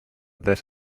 that